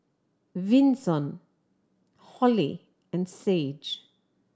Vinson Holli and Sage